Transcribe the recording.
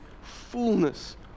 fullness